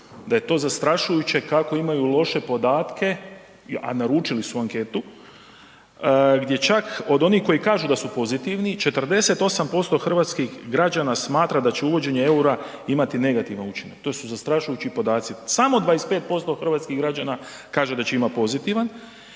da je to zastrašujuće kako imaju loše podatke a naručili su anketu gdje čak od onih koji kažu da su pozitivni, 48% hrvatskih građana smatra da će uvođenje eura imati negativan učinak, to su zastrašujući podaci. Samo 25% hrvatskih građana kaže da će imat pozitivan